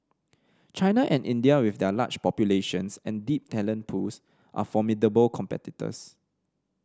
China and India with their large populations and deep talent pools are formidable competitors